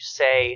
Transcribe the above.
say